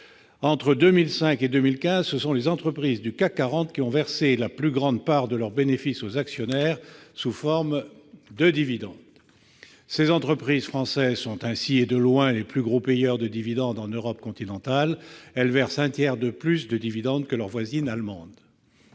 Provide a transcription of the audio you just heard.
entre 2005 et 2015, ce sont les entreprises du CAC 40 qui ont reversé la plus grande part de leurs bénéfices aux actionnaires sous forme de dividendes ». Ces entreprises françaises sont ainsi et « de loin les plus gros payeurs de dividendes en Europe continentale »; les dividendes qu'elles versent sont